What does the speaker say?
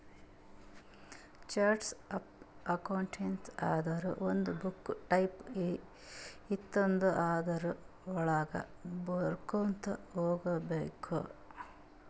charts of accounts ಅಂದುರ್ ಒಂದು book type ಇರ್ತುದ್ ಅದುರ್ ವಳಾಗ ಬರ್ಕೊತಾ ಹೋಗ್ಬೇಕ್